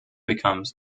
becomes